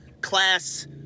class